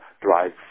drive